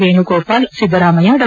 ವೇಣುಗೋಪಾಲ್ ಸಿದ್ದರಾಮಯ್ಯ ಡಾ